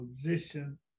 position